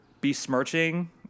besmirching